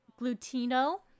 glutino